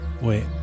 Wait